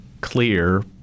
clear